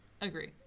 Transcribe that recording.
agree